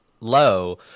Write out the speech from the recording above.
low